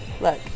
look